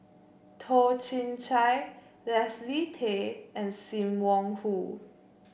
Toh Chin Chye Leslie Tay and Sim Wong Hoo